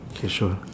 K sure